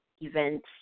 events